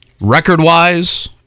Record-wise